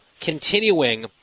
continuing